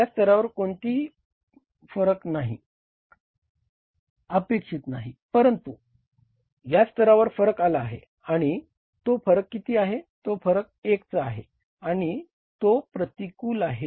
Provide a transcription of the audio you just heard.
या स्तरावर कोणताही फरक अपेक्षित नाही परंतु या स्तरावर फरक आला आहे आणि तो फरक किती आहे तो फरक 1 चा आहे आणि तो प्रतिकूल आहे